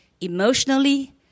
emotionally